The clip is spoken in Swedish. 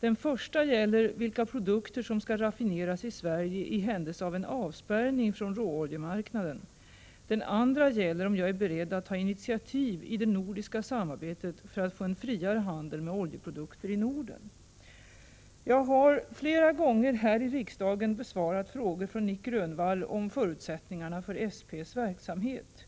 Den första gäller vilka produkter som skall raffineras i Sverige i händelse av en avspärrning från råoljemarknaden. Den andra gäller om jag är beredd att ta initiativ i det nordiska samarbetet för att få en friare handel med oljeprodukter i Norden. Jag har flera gånger här i riksdagen besvarat frågor från Nic Grönvall om förutsättningarna för SP:s verksamhet.